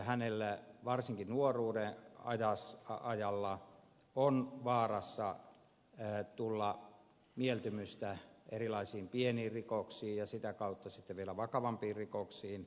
hän varsinkin nuoruuden ajalla on vaarassa tuntea mieltymystä erilaisiin pieniin rikoksiin ja sitä kautta sitten vielä vakavampiin rikoksiin